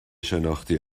شناختی